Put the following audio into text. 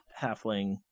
halfling